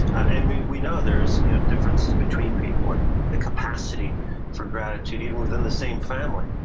and and we we know there's you know differences between people and the capacity for gratitude even within the same family.